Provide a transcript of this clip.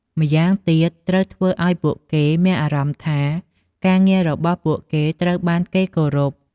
ម្យ៉ាងទៀត ត្រូវធ្វើឱ្យពួកគេមានអារម្មណ៍ថាការងាររបស់ពួកគេត្រូវបានគេគោរព។